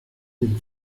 dem